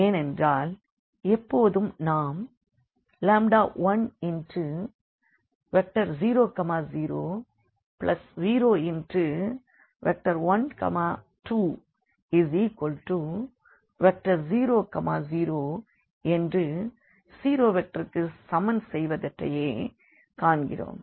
ஏனென்றால் எப்போதும் நாம் 10001200என்று 0 வெக்டருக்கு சமன் செய்தவற்றையே காண்கிறோம்